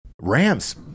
Rams